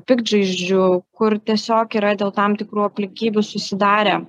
piktžaizdžių kur tiesiog yra dėl tam tikrų aplinkybių susidarę